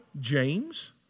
James